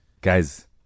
Guys